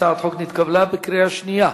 הצעת החוק נתקבלה בקריאה שנייה.